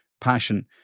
passion